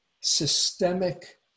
systemic